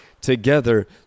Together